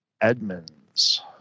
Edmonds